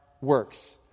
works